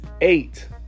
eight